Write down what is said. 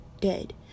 dead